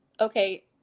okay